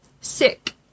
Sick